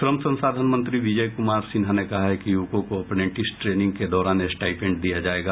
श्रम संसाधन मंत्री विजय कुमार सिन्हा ने कहा है कि यूवकों को अप्रेंटिस ट्रेनिंग के दौरान स्टाईपेंड दिया जायेगा